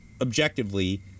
objectively